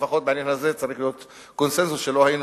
לפחות בעניין הזה צריך להיות קונסנזוס שלא היינו